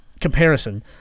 comparison